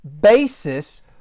basis